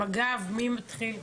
בבקשה.